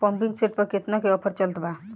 Pumping set पर केतना के ऑफर चलत बा?